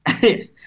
Yes